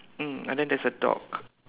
mm and then there is a dog